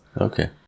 Okay